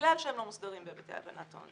בגלל שהם לא מוסדרים בהיבטי הלבנת הון.